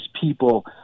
people